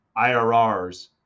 IRRs